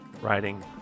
riding